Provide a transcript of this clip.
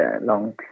long